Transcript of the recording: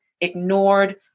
ignored